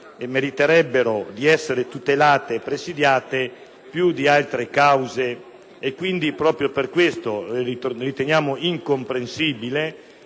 meriterebbe d’esser tutelate e presidiate piudi altre cause; quindi, proprio per questo motivo riteniamo incomprensibile